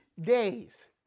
days